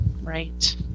Right